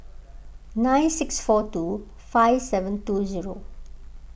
nine six four two five seven two zero